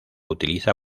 utiliza